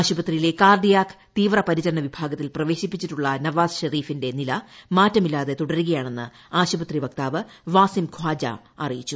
ആശുപത്രിയിലെ കാർഡിയാക് തീവ്ര പരിചരണ വിഭാഗത്തിൽ പ്രവേശിപ്പിച്ചിട്ടുള്ള നവാസ് ഷെരീഫിന്റെ നില മാറ്റമില്ലാതെ തുടരുകയാണെന്ന് ആശുപത്രി വക്താവ് വസിം ഖാജ അറിയിച്ചു